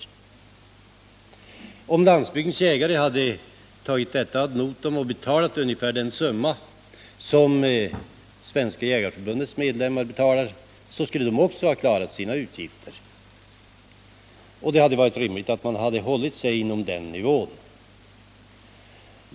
Om Jägarnas riksförbund-Landsbygdens jägare hade tagit detta ad notam och betalat ungefär den summa som Svenska jägareförbundets medlemmar betalar, skulle man också ha klarat sina utgifter. Och det hade varit rimligt att man hade hållit sig på den nivån.